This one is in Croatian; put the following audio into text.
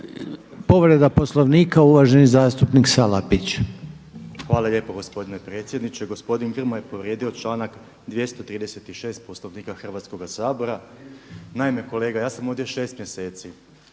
Povreda Poslovnika uvaženi zastupnik Salapić. **Salapić, Josip (HDSSB)** Hvala lijepo gospodine predsjedniče. Gospodin Grmoja je povrijedio članak 236. Poslovnika Hrvatskoga sabora. Naime kolega, ja sam ovdje 6 mjeseci.